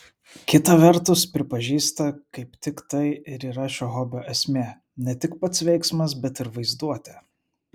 kita vertus pripažįsta kaip tik tai ir yra šio hobio esmė ne tik pats veiksmas bet ir vaizduotė